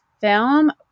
film